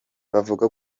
bavuga